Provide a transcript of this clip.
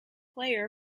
player